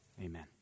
Amen